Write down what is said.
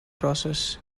process